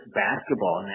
basketball